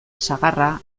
sagarra